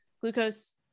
glucose